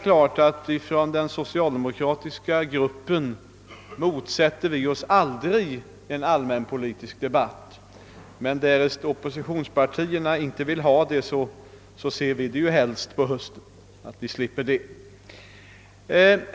Från den socialdemokratiska gruppen motsätter vi oss aldrig en allmänpolitisk debatt, men därest oppositionspartierna inte vill ha en sådan ser vi naturligtvis helst att vi slipper den.